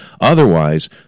Otherwise